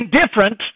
indifferent